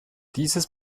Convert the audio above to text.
dieses